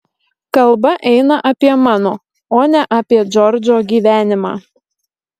kalba eina apie mano o ne apie džordžo gyvenimą